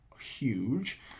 huge